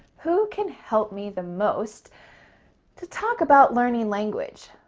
who can help me the most to talk about learning language?